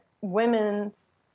women's